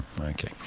Okay